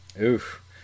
Oof